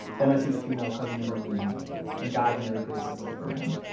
then i see the female cousin intervene and guide mary grace away from him.